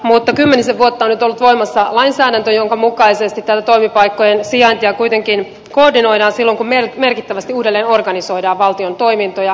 mutta kymmenisen vuotta on nyt ollut voimassa lainsäädäntö jonka mukaisesti tätä toimipaikkojen sijaintia kuitenkin koordinoidaan silloin kun merkittävästi uudelleen organisoidaan valtion toimintoja